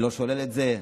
אני לא שולל את זה.